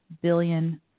billion